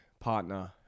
partner